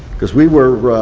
cause we were,